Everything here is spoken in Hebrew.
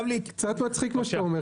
קצת מצחיק מה שאתה אומר,